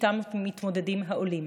שאיתם מתמודדים העולים